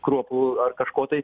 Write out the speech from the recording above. kruopų ar kažko tai